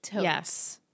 yes